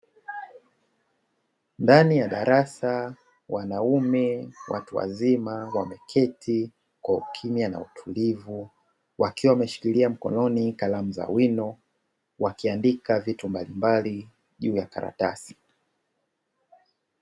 Ndani ya darasa wanaume watu wazima wameketi kwa ukimya na utulivu wakiwa wameshikilia mkononi kalamu za wino wakiandika vitu mbalimbali juu ya karatasi.